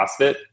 CrossFit